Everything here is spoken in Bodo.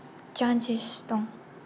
चान्सेस दं